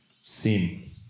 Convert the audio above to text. sin